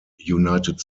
united